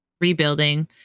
rebuilding